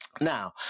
Now